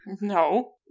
No